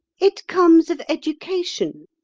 it comes of education.